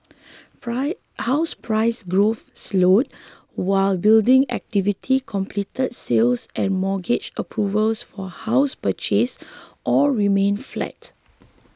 house price growth slowed whilst building activity completed sales and mortgage approvals for house purchase all remained flat